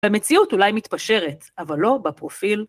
‫במציאות אולי מתפשרת, ‫אבל לא בפרופיל.